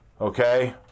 Okay